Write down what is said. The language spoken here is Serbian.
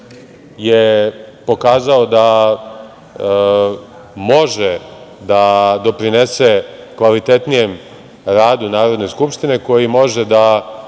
je pokazao da može da doprinese kvalitetnijem radu Narodne skupštine, koji može da